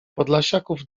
podlasiaków